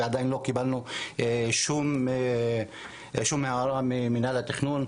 ועדיין לא קיבלנו שום הערה ממינהל התכנון,